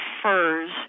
prefers